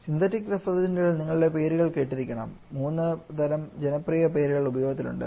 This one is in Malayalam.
സിന്തറ്റിക് റഫ്രിജറന്റുകൾ നിങ്ങൾ പേരുകൾ കേട്ടിരിക്കണം മൂന്ന് തരം ജനപ്രിയ പേരുകൾ ഉപയോഗത്തിലുണ്ട്